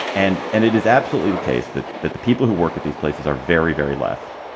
and and it is absolutely the case that that the people who work at these places are very, very left.